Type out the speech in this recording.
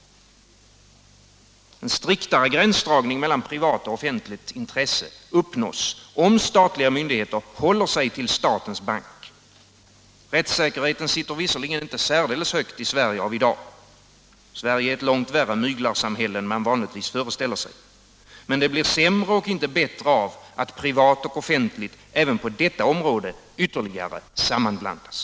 En striktare gränsdragning mellan privat och offentligt intresse uppnås om statliga myndigheter håller sig till statens bank. Rättssäkerheten sitter. Nr 128 visserligen inte särdeles högt i Sverige av i dag — Sverige är ett långt Onsdagen den värre myglarsamhälle än man vanligtvis föreställer sig. Men det blir sämre 11 maj 1977 och inte bättre av att privat och offentligt även på detta område ytterligare sammanblandas.